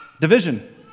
division